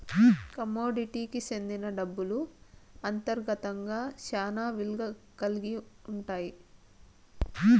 కమోడిటీకి సెందిన డబ్బులు అంతర్గతంగా శ్యానా విలువ కల్గి ఉంటాయి